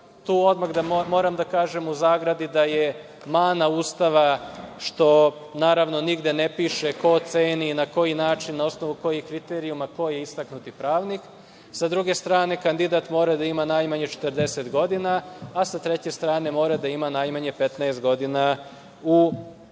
Tu odmah moram da kažem u zagradi da je mana Ustava što, naravno, nigde ne piše ko ceni, na koji način, na osnovu kojih kriterijuma ko je istaknuti pravnik. S druge strane, kandidat mora da ima najmanje 40 godina, a sa treće strane mora, da ima najmanje 15 godina u pravnoj